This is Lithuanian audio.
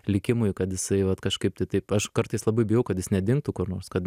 likimui kad jisai vat kažkaip tai taip aš kartais labai bijau kad jis nedingtų kur nors kad